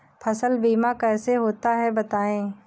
फसल बीमा कैसे होता है बताएँ?